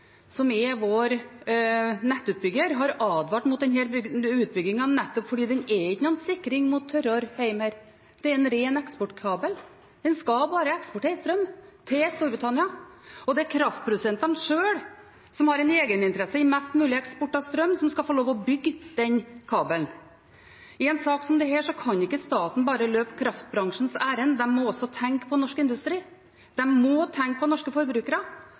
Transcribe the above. som er vår nettutbygger, har advart mot denne utbyggingen nettopp fordi den ikke er noen sikring mot tørrår her hjemme. Det er en ren eksportkabel, den skal bare eksportere strøm til Storbritannia, og det er kraftprodusentene selv – som har en egeninteresse i mest mulig eksport av strøm – som skal få lov til å bygge den kabelen. I en sak som denne kan ikke staten bare løpe kraftbransjens ærend, en må også tenke på norsk industri, en må tenke på norske forbrukere.